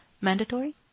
mandatory